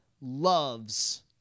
loves